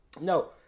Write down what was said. No